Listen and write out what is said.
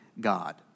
God